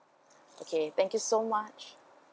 okay thank you so much